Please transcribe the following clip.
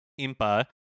Impa